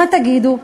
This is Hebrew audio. מה תגידו?